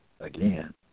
Again